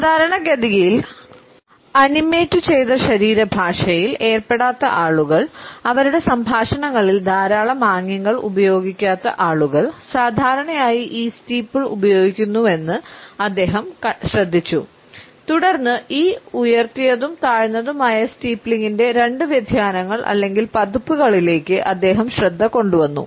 സാധാരണഗതിയിൽ ആനിമേറ്റുചെയ്ത ശരീരഭാഷയിൽ ഏർപ്പെടാത്ത ആളുകൾ അവരുടെ സംഭാഷണങ്ങളിൽ ധാരാളം ആംഗ്യങ്ങൾ ഉപയോഗിക്കാത്ത ആളുകൾ സാധാരണയായി ഈ സ്റ്റീപ്പിൾ ഉപയോഗിക്കുന്നുവെന്ന് അദ്ദേഹം ശ്രദ്ധിച്ചു തുടർന്ന് ഈ ഉയർത്തിയതും താഴ്ന്നതുമായ സ്റ്റീപ്ലിംഗിന്റെ രണ്ട് വ്യതിയാനങ്ങൾ അല്ലെങ്കിൽ പതിപ്പുകളിലേക്ക് അദ്ദേഹം ശ്രദ്ധ കൊണ്ടുവന്നു